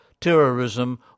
terrorism